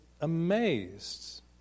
amazed